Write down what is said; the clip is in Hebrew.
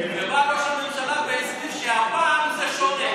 בא ראש הממשלה והצהיר שהפעם זה שונה,